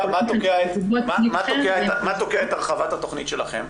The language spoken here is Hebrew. כולכם --- תכנית אחרת --- מה תוקע את הרחבת התכנית שלכם?